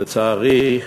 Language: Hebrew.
לצערי,